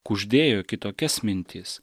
kuždėjo kitokias mintis